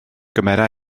gymera